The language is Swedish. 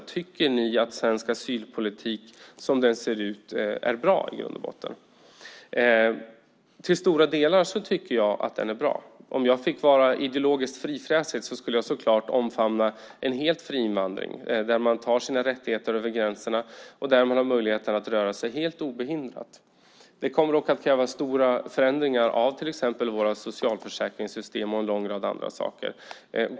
Den löd: Tycker ni att svensk asylpolitik som den ser ut i grund och botten är bra? Jag tycker att den till stora delar är bra. Om jag fick vara ideologiskt frifräsig skulle jag så klart omfamna en helt fri invandring där man tar sina rättigheter över gränserna och har möjlighet att röra sig helt obehindrat. Det kommer dock att kräva stora förändringar av till exempel våra socialförsäkringssystem och en lång rad andra saker.